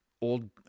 old